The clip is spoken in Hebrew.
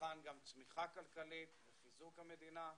לכאן גם צמיחה כלכלית וחיזוק המדינה.